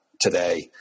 today